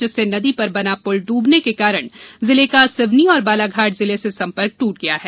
जिससे नदी पर बना पूल ड्बने के कारण जिले का सिवनी और बालाघाट जिले से संपर्क दूट गया है